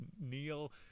Neil